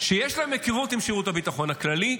שיש להם היכרות עם שירות הביטחון הכללי,